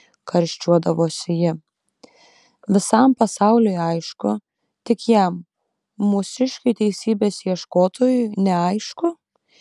karščiuodavosi ji visam pasauliui aišku tik jam mūsiškiui teisybės ieškotojui neaišku